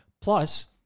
Plus